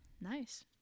nice